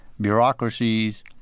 bureaucracies